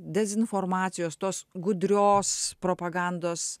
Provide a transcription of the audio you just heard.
dezinformacijos tos gudrios propagandos